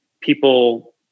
people